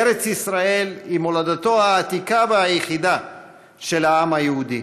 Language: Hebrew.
ארץ ישראל היא מולדתו העתיקה והיחידה של העם היהודי,